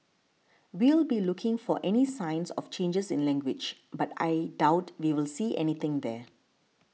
we'll be looking for any signs of changes in language but I doubt we'll see anything there